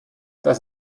das